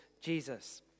Jesus